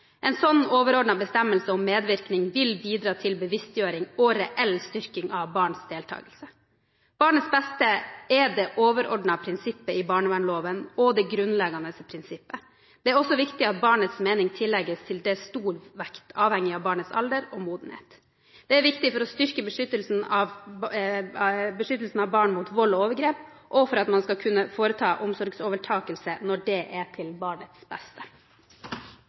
En sånn overordnet bestemmelse om medvirkning vil bidra til bevisstgjøring og reell styrking av barns deltakelse. «Barnets beste» er det overordnede prinsippet i barnevernloven og det grunnleggende prinsippet. Det er også viktig at barnets mening tillegges til dels stor vekt, avhengig av barnets alder og modenhet. Det er viktig for å styrke beskyttelsen av barn mot vold og overgrep, og for at man skal kunne foreta omsorgsovertakelse når det er til barnets beste.